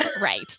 Right